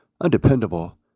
undependable